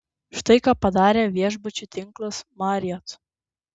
štai ką padarė viešbučių tinklas marriott